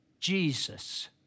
Jesus